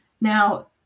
Now